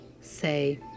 say